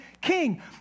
king